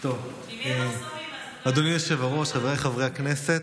אז אולי, אדוני היושב-ראש, חבריי חברי הכנסת,